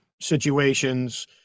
situations